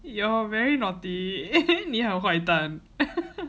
you're very naughty 你好坏蛋